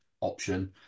option